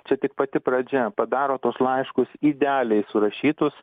čia tik pati pradžia padaro tuos laiškus į idealiai surašytus